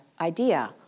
idea